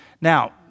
Now